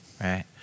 right